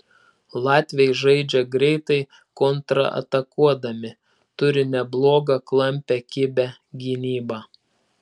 latviai žaidžia greitai kontratakuodami turi neblogą klampią kibią gynybą